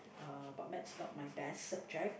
uh but Maths not my best subject